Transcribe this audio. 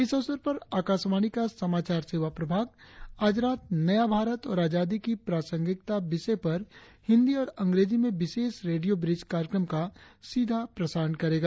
इस अवसर पर आकाशवाणी का समाचार सेवा प्रभाग आज रात नया भारत और आजादी की प्रासंगिकता विषय पर हिंदी और अंग्रेजी में विशेष रेडियों ब्रिज कार्यक्रम का सीधा प्रसारण करेगा